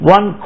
One